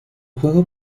juego